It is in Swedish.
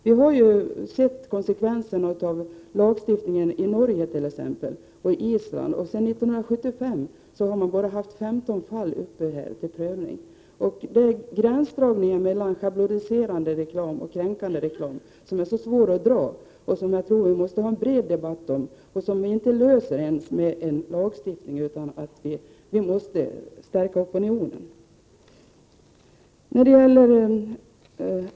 Vi har sett konsekvenserna av lagstiftning på detta område i t.ex. Norge och på Island. Sedan 1975 har bara 15 fall varit uppe till prövning. Gränsdragningen mellan schabloniserande reklam och kränkande reklam är svår att dra. Därför bör vi föra en bred debatt om den saken. Problemet löses inte genom lagstiftning, utan vi måste också stärka opinionen.